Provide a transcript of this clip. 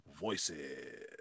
voices